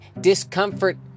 discomfort